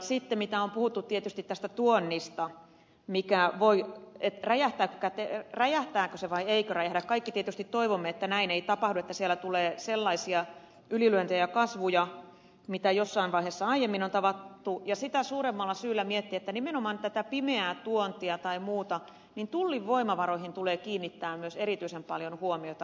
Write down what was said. sitten mitä on puhuttu tietysti tästä tuonnista räjähtääkö se vai eikö räjähdä kaikki tietysti toivomme että näin ei tapahdu että siellä tulee sellaisia ylilyöntejä ja kasvuja mitä jossain vaiheessa aiemmin on tavattu ja sitä suuremmalla syyllä tulee miettiä nimenomaan tätä pimeää tuontia tai muuta ja tullin voimavaroihin tulee kiinnittää myös erityisen paljon huomiota